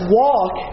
walk